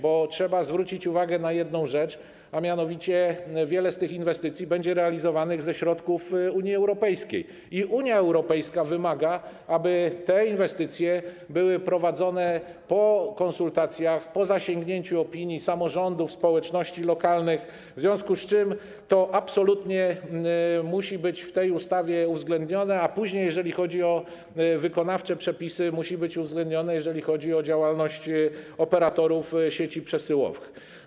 Bo trzeba zwrócić uwagę na jedną rzecz, a mianowicie wiele z tych inwestycji będzie realizowanych ze środków Unii Europejskiej i Unia Europejska wymaga, aby te inwestycje były prowadzone po konsultacjach, po zasięgnięciu opinii samorządów, społeczności lokalnych, w związku z czym to absolutnie musi być w tej ustawie uwzględnione, a później, jeżeli chodzi o przepisy wykonawcze, musi być uwzględnione w odniesieniu do działalności operatorów sieci przesyłowych.